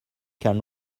can